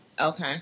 Okay